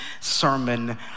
sermon